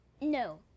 No